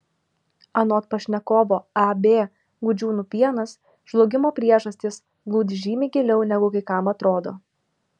anot pašnekovo ab gudžiūnų pienas žlugimo priežastys glūdi žymiai giliau negu kai kam atrodo